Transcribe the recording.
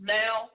now